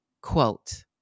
quote